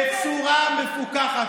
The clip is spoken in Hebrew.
בצורה מפוקחת.